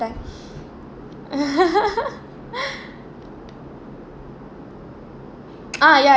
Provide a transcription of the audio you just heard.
died ah ya